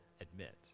admit